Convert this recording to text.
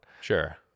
Sure